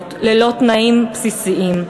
ברחובות ללא תנאים בסיסיים,